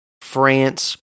France